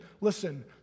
listen